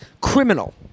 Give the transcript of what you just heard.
criminal